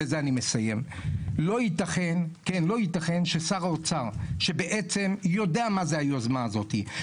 לא יתכן ששר האוצר שבעצם יודע מה זה היוזמה הזאת,